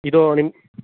ಇದು ನಿಮ್ಮ